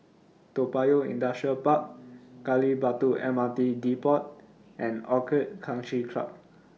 Toa Payoh Industrial Park Gali Batu M R T Depot and Orchid Country Club